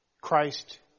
Christ